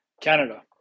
Canada